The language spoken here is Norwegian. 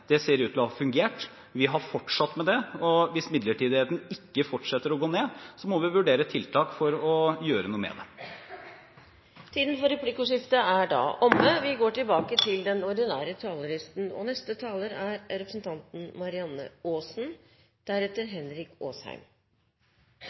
ned, ser ut til å ha fungert. Vi har fortsatt med det, og hvis midlertidigheten ikke fortsetter å gå ned, må vi vurdere tiltak for å gjøre noe med det. Replikkordskiftet er omme. Arbeiderpartiet er fornøyd med at det er bred politisk enighet om å trappe opp bevilgingene til forskning og